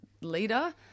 leader